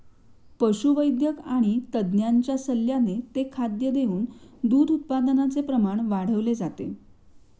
पशुवैद्यक आणि तज्ञांच्या सल्ल्याने ते खाद्य देऊन दूध उत्पादनाचे प्रमाण वाढवले जाते